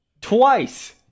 twice